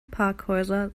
parkhäuser